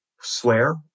swear